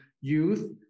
youth